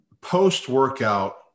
post-workout